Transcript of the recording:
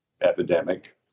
epidemic